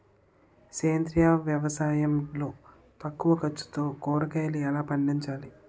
సేంద్రీయ వ్యవసాయం లో తక్కువ ఖర్చుతో కూరగాయలు ఎలా పండించాలి?